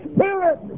Spirit